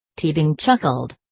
teabing chuckled.